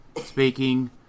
speaking